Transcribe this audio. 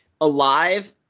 alive—